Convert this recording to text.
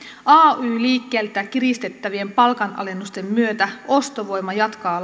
ay liikkeeltä kiristettävien palkanalennusten myötä ostovoima jatkaa